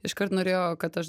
iškart norėjo kad aš